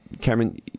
cameron